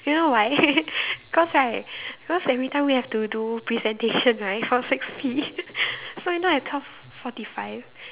you know why cause right because every time we have to do presentation right for six P so you know at twelve forty five